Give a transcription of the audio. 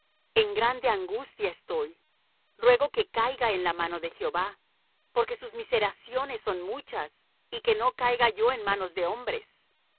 en grande angustia estoy ruego que caiga en la mano de jehová porque sus miseraciones son muchas y que no caiga yo en manos de hombres